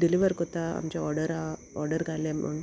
deliver कोत्ता आमच्या order आहा ऑर्डर घाले म्हूण